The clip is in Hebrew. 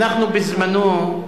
אנחנו, בזמננו,